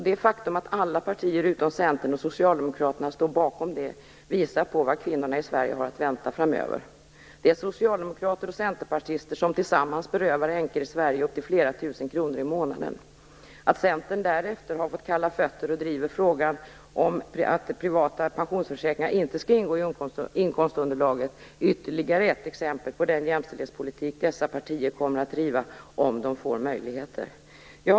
Det faktum att alla partier utom Centern och Socialdemokraterna står bakom denna uppfattning visar på vad kvinnorna i Sverige har att vänta framöver. Det är socialdemokrater och centerpartister som tillsammans berövar änkor i Sverige upp till flera tusen kronor i månaden. Att Centern därefter har fått kalla fötter och driver frågan att privata pensionsförsäkringar inte skall ingå i inkomstunderlaget är ytterligare ett exempel på den jämställdhetspolitik dessa partier kommer att driva om de får möjligheter.